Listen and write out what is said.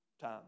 Time